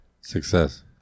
success